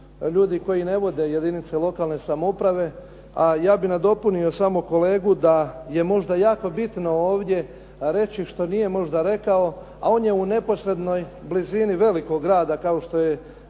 ljudi koji ne vode jedinice lokalne samouprave, a ja bih nadopunio samo kolegu da je možda jako bitno ovdje reći što nije možda rekao, a on je u neposrednoj blizini velikog grada kao što je